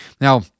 Now